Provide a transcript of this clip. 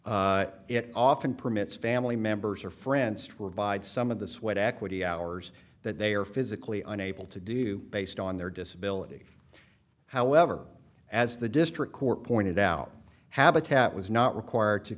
it often permits family members or friends to provide some of the sweat equity hours that they are physically unable to do based on their disability however as the district court pointed out habitat was not required to